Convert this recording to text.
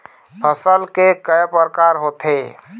फसल के कय प्रकार होथे?